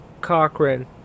Cochran